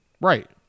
Right